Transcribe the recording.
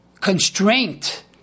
constraint